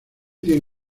tiene